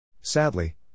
Sadly